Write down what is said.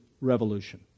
revolution